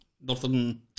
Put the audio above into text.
Northern